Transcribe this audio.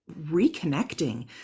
reconnecting